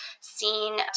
seen